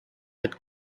that